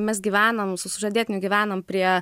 mes gyvenam su sužadėtiniu gyvenam prie